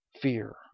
fear